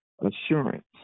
assurance